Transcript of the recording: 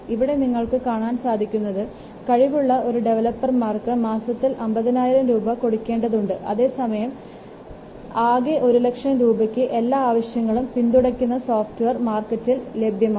ഇവിടെ നിങ്ങൾക്ക് കാണാൻ സാധിക്കുന്നത് കഴിവുള്ള ഒരു ഡെവലപ്പർമാർക്ക് മാസത്തിൽ 50000 രൂപ കൊടുക്കേണ്ടതുണ്ട് അതേസമയം തന്നെ ആകെ ഒരു ലക്ഷം രൂപയ്ക്ക് എല്ലാ ആവശ്യങ്ങളും പിന്തുണയ്ക്കുന്ന സോഫ്റ്റ്വെയർ മാർക്കറ്റിൽ ലഭ്യവുമാണ്